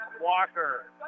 Walker